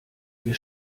wir